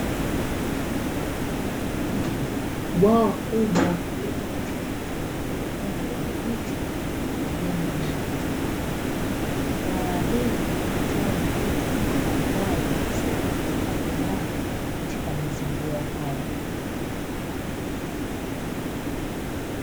Bwawa kubwa liko katikati ya eneo lenye miti na majani mengi, bwawa hili hutoa mvuto na mandhari na kusaidia kuhifadhi maji katika mazingira hayo.